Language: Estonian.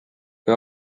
või